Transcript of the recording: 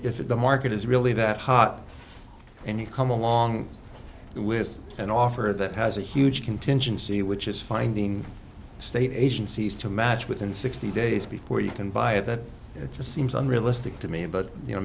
if the market is really that hot and you come along with an offer that has a huge contingency which is finding state agencies to match within sixty days before you can buy it that seems unrealistic to me but you know